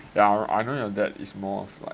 I know your dad is more of like